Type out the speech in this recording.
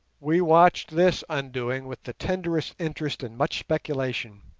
we watched this undoing with the tenderest interest and much speculation.